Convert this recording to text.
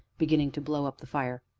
beginning to blow up the fire.